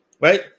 right